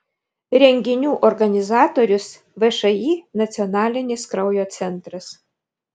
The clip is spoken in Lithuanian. renginių organizatorius všį nacionalinis kraujo centras